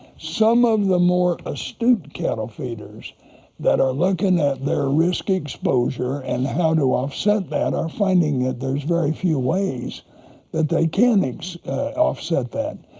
some of the more astute cattle feeders that are looking at their risk exposure and how to offset that are finding that there's very few ways that they can offset that.